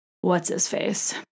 what's-his-face